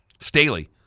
Staley